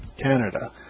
Canada